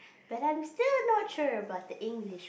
but I'm still not sure about the English